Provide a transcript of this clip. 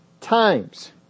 times